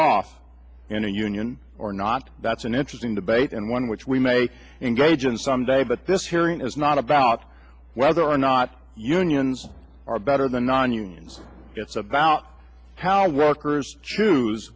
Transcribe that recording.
off in a union or not that's an interesting debate and one which we may engage in some day but this hearing is not about whether or not unions are better than non unions it's about how workers choose